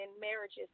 marriages